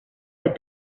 that